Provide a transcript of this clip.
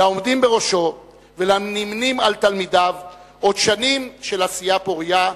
לעומדים בראשו ולנמנים עם תלמידיו עוד שנים של עשייה פורייה.